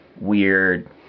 weird